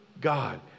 God